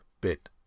bit